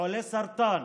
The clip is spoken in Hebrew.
חולי סרטן,